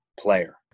player